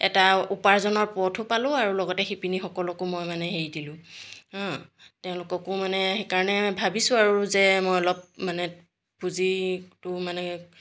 এটা উপাৰ্জনৰ পথো পালোঁ আৰু লগতে শিপিনীসকলকো মই মানে হেৰি দিলোঁ তেওঁলোককো মানে সেইকাৰণে ভাবিছোঁ আৰু যে মই অলপ মানে পুঁজিটো মানে